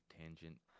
tangent